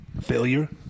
failure